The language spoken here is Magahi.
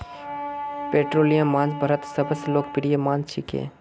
पोल्ट्रीर मांस भारतत सबस लोकप्रिय मांस छिके